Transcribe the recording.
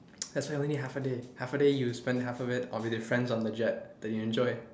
that's why only half a day half a day you spend half of it with your friends on the jet then you enjoy